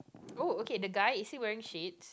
oh okay the guy is he wearing shade